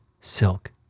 silk